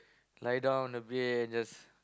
lie down on the bed and just